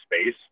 space